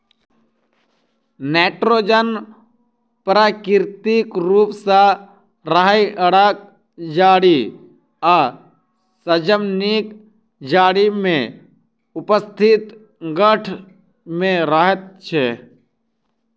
nitrogen प्राकृतिक रूप सॅ राहैड़क जड़ि आ सजमनिक जड़ि मे उपस्थित गाँठ मे रहैत छै